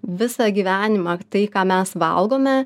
visą gyvenimą tai ką mes valgome